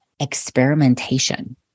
experimentation